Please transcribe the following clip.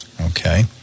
Okay